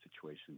situation